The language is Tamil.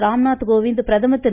ராம்நாத் கோவிந்த் பிரதமர் திரு